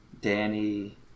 Danny